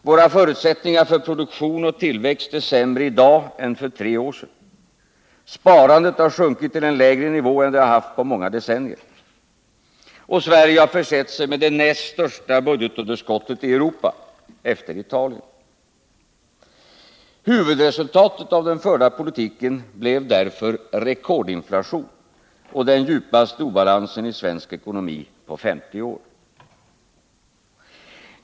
Våra förutsättningar för produktion och tillväxt är sämre i dag än för tre år sedan. Sparandet har sjunkit till en lägre nivå än det haft på många decennier. Och Sverige har försett sig med det näst största budgetunderskottet i Europa, efter Italien. Huvudresultatet av den förda politiken blev därför rekordinflation och den djupaste obalansen i svensk ekonomi på 50 år.